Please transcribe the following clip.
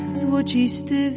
złocisty